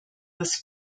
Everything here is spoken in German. das